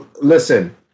Listen